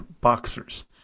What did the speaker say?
boxers